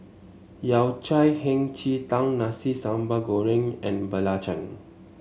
Yao Cai Hei Ji Tang Nasi Sambal Goreng and Belacan